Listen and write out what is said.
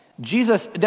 Jesus